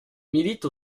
milite